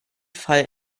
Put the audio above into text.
fall